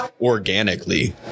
organically